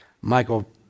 Michael